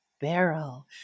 barrel